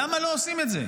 למה לא עושים את זה.